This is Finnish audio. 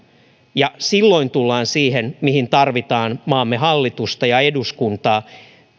ja silloin tullaan siihen mihin tarvitaan maamme hallitusta ja eduskuntaa